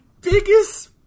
biggest